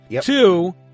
Two